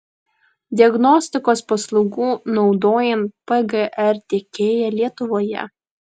diagnostikos paslaugų naudojant pgr tiekėja lietuvoje